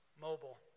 mobile